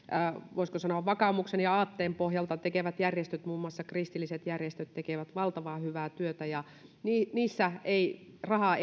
voisiko sanoa vakaumuksen ja aatteen pohjalta tekevät järjestöt muun muassa kristilliset järjestöt tekevät valtavan hyvää työtä ja niissä ei raha